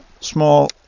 small